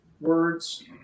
words